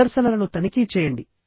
ప్రదర్శనలను తనిఖీ చేయండి